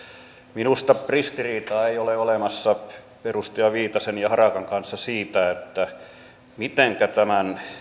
minusta ristiriitaa ei ole olemassa edustaja viitasen ja harakan kanssa siitä mitenkä tämän